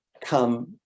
come